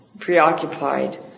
preoccupied